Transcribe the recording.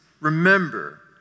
remember